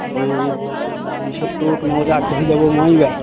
বিশেষটো তোমালোকে আগবাঢ়ি যাব নোৱাৰিবা